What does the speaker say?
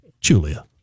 Julia